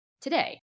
today